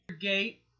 Gate